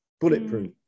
bulletproof